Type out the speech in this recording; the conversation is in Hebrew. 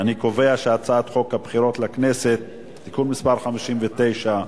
אני קובע שהצעת חוק הבחירות לכנסת (תיקון מס' 59),